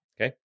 Okay